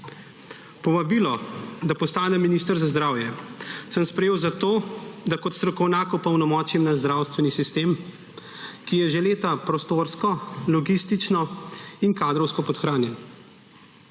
Povabilo, da postanem minister za zdravje, sem sprejel zato, da kot strokovnjak opolnomočim naš zdravstveni sistem, ki je že leta prostorsko, logistično in kadrovsko podhranjen.